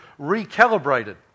recalibrated